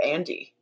Andy